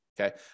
Okay